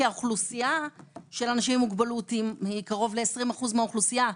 כי האוכלוסייה של האנשים עם מוגבלות היא קרוב ל-20% מהאוכלוסייה.